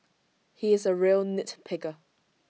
he is A real nitpicker